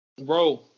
Bro